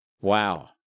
Wow